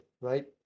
Right